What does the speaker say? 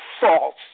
False